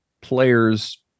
players